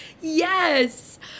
Yes